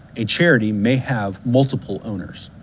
a charity may have multiple owners